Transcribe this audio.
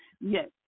Yes